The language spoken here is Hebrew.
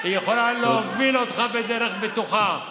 היא יכולה להוביל אותך בדרך בטוחה.